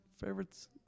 favorites